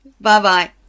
Bye-bye